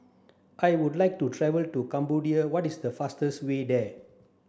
I would like to travel to Cambodia what is the fastest way there